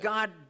God